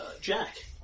Jack